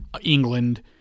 England